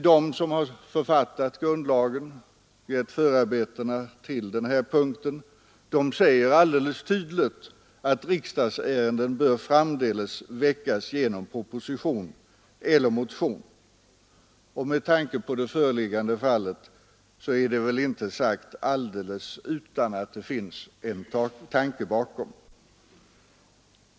De som har författat grundlagen och gjort förarbetena till den här punkten säger alldeles tydligt att riksdagsärenden bör framdeles väckas genom proposition eller motion. Med tanke på det föreliggande fallet är det väl inte alldeles utan att det ligger en tanke bakom.